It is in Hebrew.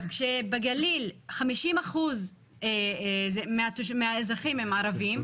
כשבגליל 50% מהאזרחים הם ערבים,